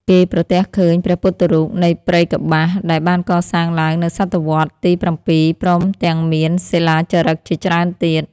គេប្រទះឃើញ ព្រះពុទ្ធរូបនៅព្រៃកប្បាស ដែលបានកសាងឡើងនៅស.វ.ទី ៧ ព្រមទាំងមាន សិលាចារឹកជាច្រើនទៀត ។